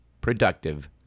productive